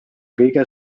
kõige